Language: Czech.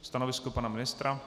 Stanovisko pana ministra?